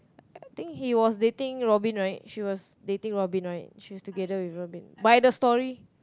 I think he was dating Robin right she was dating Robin right she was together with Robin by the story